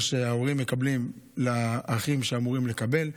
שההורים מקבלים למה שהאחים אמורים לקבל.